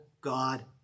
God